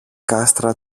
κάστρα